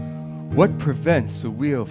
or what prevents a wheel